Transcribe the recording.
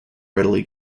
readily